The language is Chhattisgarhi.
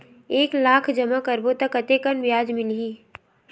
एक लाख जमा करबो त कतेकन ब्याज मिलही?